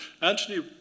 Anthony